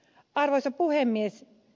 arvoisa puhemies